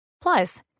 Plus